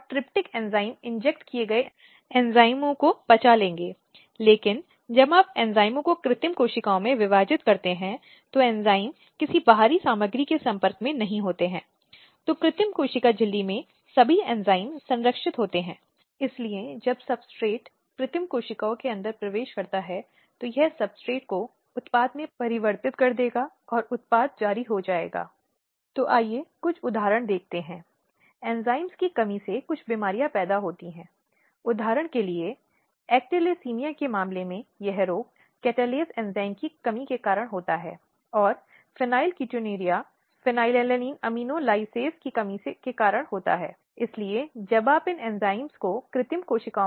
संदर्भसमय को देखें 0656 अब लिंग आधारित हिंसा के बारे में बताया गया है जो विशेष रूप से महिलाओं को लक्षित करती है जो विशेष रूप से महिलाओं के खिलाफ निर्देशित होती है और यह एक महिला पर नुकसान पहुंचाने के लिए बल या धमकी या उपायों का उपयोग करने का इरादा रखती है जो तथ्य है महत्वपूर्ण व्यक्ति का लिंग है और व्यक्ति के एक महिला होने के कारण उसका लिंग इस तरह के कृत्यों के अधीन है